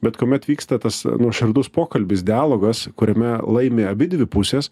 bet kuomet vyksta tas nuoširdus pokalbis dialogas kuriame laimi abidvi pusės